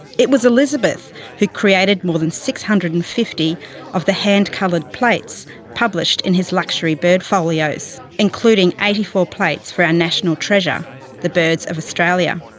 it was elizabeth who created more than six hundred and fifty of the hand-coloured plates published in his luxury bird folios, including eighty four plates for our national treasure the birds of australia.